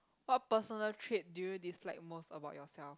what personal trait do you dislike most about yourself